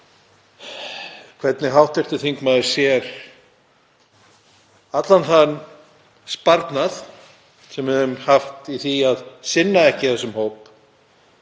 hvernig hv. þingmaður sér allan þann sparnað sem við höfum haft í því að sinna ekki þessum hópi